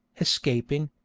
escaping,